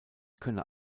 könne